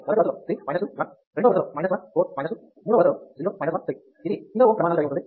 మొదటి వరుసలో 3 2 1 రెండో వరుసలో 1 4 2 మూడో వరుసలో 0 1 3 ఇది kilo Ω ప్రమాణాలు కలిగి ఉంటుంది